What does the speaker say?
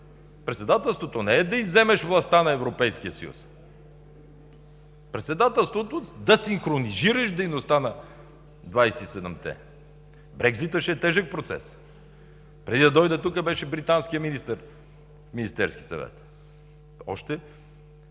Председателството не е да изземеш властта на Европейския съюз, председателството е да синхронизираш дейността на 27-те. Брекзитът ще е тежък процес. Преди да дойда, тук беше британският министър, в Министерския съвет.